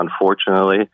Unfortunately